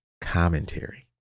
commentary